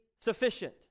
sufficient